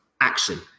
action